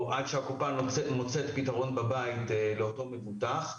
או עד שהקופה מוצאת פתרון בבית לאותו מבוטח.